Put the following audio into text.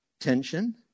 tension